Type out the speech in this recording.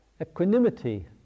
Equanimity